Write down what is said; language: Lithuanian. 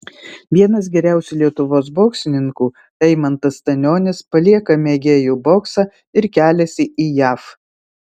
vienas geriausių lietuvos boksininkų eimantas stanionis palieką mėgėjų boksą ir keliasi jav